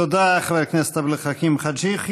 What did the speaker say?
תודה, חבר הכנסת עבד אל חכים חאג' יחיא.